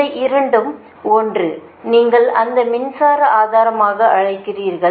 இந்த இரண்டில் 1 நீங்கள் அந்த மின்சார ஆதாரமாக அழைக்கிறீர்கள்